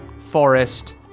forest